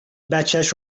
بچش